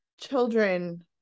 children